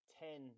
ten